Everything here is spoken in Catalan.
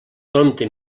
prompte